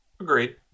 Agreed